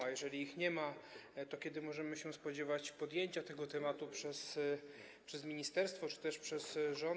A jeżeli ich nie ma, to kiedy możemy się spodziewać podjęcia tego tematu przez ministerstwo czy też przez rząd?